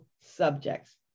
subjects